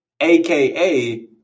aka